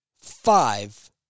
five